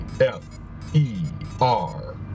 F-E-R